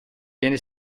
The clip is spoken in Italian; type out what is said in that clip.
viene